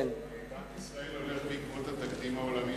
בנק ישראל הולך בעקבות התקדים העולמי